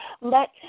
Let